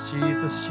Jesus